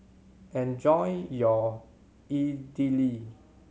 enjoy your Idili